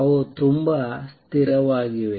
ಅವು ತುಂಬಾ ಸ್ಥಿರವಾಗಿವೆ